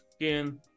again